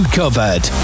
covered